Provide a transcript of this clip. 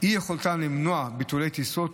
אי-יכולתן למנוע ביטולי טיסות,